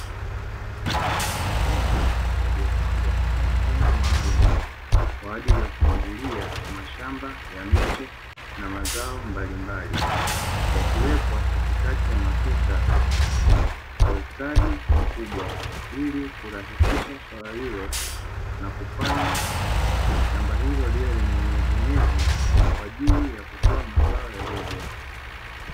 Mabomba yaliyopangwa kwa mfumo maalumu kwa ajili ya kumwagilia mashamba ya miche na mazao mbalimbali, yakiwekwa katikati ya matuta kwaq ustadi mkubwa ili kurahisisha swala hilo na kufanya shamba hilo liwe lenye unyevuunyevu kwa ajili ya kutoa mazao yaliyo bora.